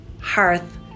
hearth